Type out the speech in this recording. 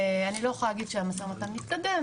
אני לא יכולה להגיד שהמשא ומתן מתקדם,